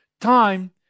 Time